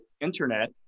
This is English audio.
internet